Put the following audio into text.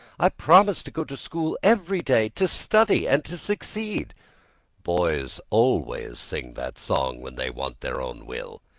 i promise to go to school every day, to study, and to succeed boys always sing that song when they want their own will.